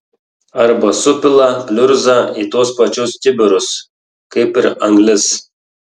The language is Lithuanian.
arba supila pliurzą į tuos pačius kibirus kaip ir anglis